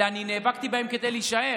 אלא אני נאבקתי בהם כדי להישאר.